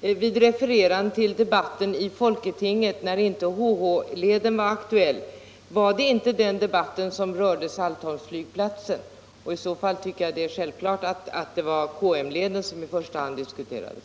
beträffande refererandet till debatten i folketinget när inte HH-leden var aktuell. Var det inte den debatten som rörde Saltholmsflygplatsen? I så fall tycker jag det är självklart att det var KM-leden som i första hand diskuterades.